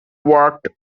worked